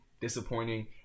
disappointing